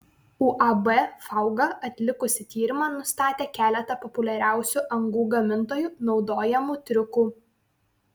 uab fauga atlikusi tyrimą nustatė keletą populiariausių angų gamintojų naudojamų triukų